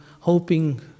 hoping